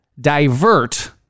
divert